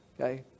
Okay